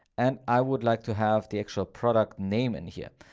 and i would like to have the actual product name in here.